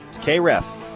K-Ref